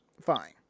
Fine